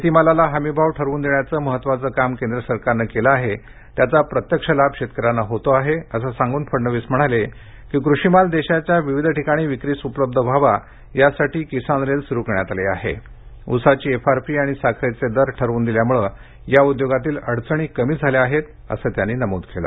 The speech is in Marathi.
शेतीमालाला हमीभाव ठरवून देण्याचं महत्त्वाचं काम केंद्र सरकारनं केलं आहे त्याचा प्रत्यक्ष लाभ शेतकऱ्यांना होतो आहे असे सांगून फडणवीस म्हणाले कृषिमाल देशाच्या विविध ठिकाणी विक्रीस उपलब्ध व्हावा यासाठी किसान रेल सुरू करण्यात आली आहे उसाची एफआरपी आणि साखरेचे दर ठरवून दिल्यामूळे या उद्योगातील अडचणी कमी झाल्या आहेत असं त्यांनी नमूद केलं